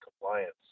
compliance